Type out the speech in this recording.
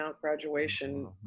graduation